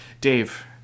Dave